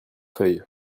feuille